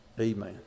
Amen